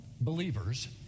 believers